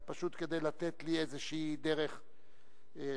פשוט כדי לתת לי איזושהי דרך להתמודד.